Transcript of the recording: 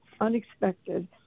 unexpected